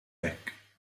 hekk